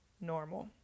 normal